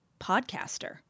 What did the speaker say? podcaster